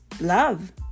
love